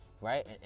right